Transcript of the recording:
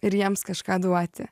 ir jiems kažką duoti